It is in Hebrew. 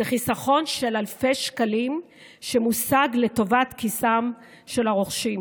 זה חיסכון של אלפי שקלים שמושג לטובת כיסם של הרוכשים.